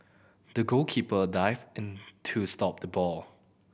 the goalkeeper dived to stop the ball